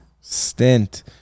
Stint